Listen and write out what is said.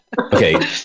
Okay